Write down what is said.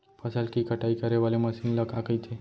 फसल की कटाई करे वाले मशीन ल का कइथे?